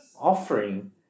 offering